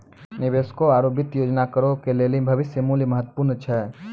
निवेशकों आरु वित्तीय योजनाकारो के लेली भविष्य मुल्य महत्वपूर्ण छै